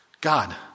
God